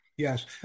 Yes